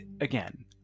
again